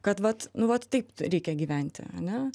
kad vat nu vat taip reikia gyventi ane